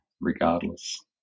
regardless